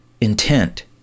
intent